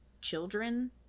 children